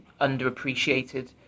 underappreciated